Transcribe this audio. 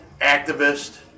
activist